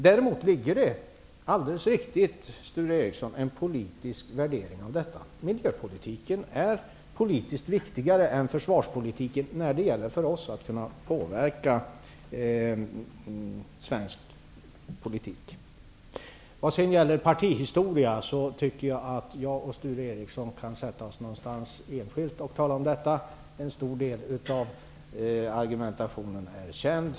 Det är alldeles riktigt, Sture Ericson, att det ligger en politisk värdering i detta. Miljöpolitiken är viktigare än försvarspolitiken för oss när det gäller att kunna påverka svensk politik. När det sedan gäller partihistoria kan Sture Ericson och jag sätta oss någonstans och tala enskilt om detta. En stor del av argumentationen är känd.